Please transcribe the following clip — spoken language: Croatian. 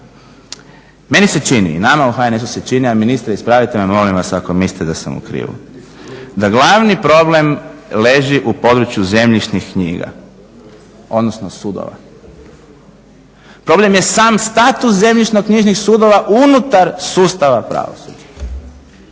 Meni se čini, nama u HNS-u se čini a ministar ispravite me molim vas ako mislite da sam u krivu, da glavni problem leži u području zemljišnih knjiga odnosno sudova. Problem je sam status zemljišno knjižnih sudova unutar sustava pravosuđa.